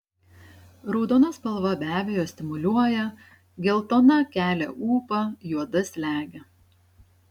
raudona spalva be abejo stimuliuoja geltona kelia ūpą juoda slegia